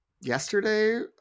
yesterday